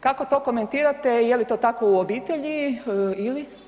Kako to komentirate, je li to tako u obitelji ili?